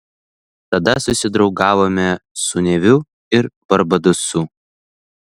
tada susidraugavome su neviu ir barbadosu